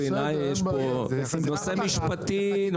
בעיניי, יש פה נושא משפטי.